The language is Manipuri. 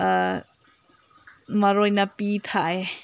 ꯃꯔꯣꯏ ꯅꯥꯄꯤ ꯊꯥꯏ